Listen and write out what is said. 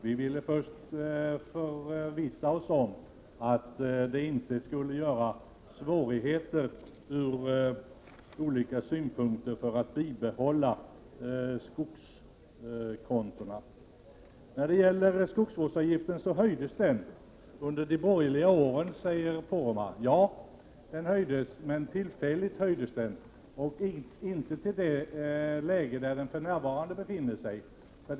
Vi ville emellertid förvissa oss om att det inte skulle uppstå några svårigheter med ett bibehållande av skogskontona. Bruno Poromaa säger att skogsvårdsavgiften höjdes under de borgerliga regeringsåren. Ja, det är riktigt, men det var en tillfällig höjning. Det var inte heller en höjning till den nivå som avgiften har i dag.